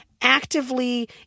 actively